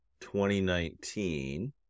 2019